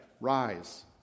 rise